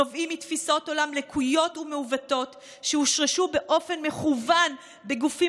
נובעים מתפיסות עולם לקויות ומעוותות שהושרשו באופן מכוון בגופים